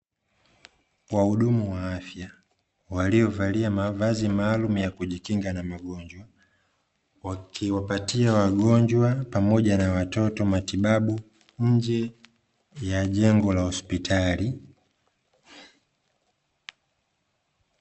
Wahudumu wa afya waliovalia mavazi maalumu ya kujikinga na magonjwa wakiwapatia wagonjwa pamoja na watoto matibabu nje ya jengo la hospitali.